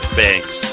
banks